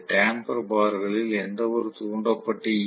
tamper பார்களில் எந்தவொரு தூண்டப்பட்ட ஈ